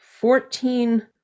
fourteen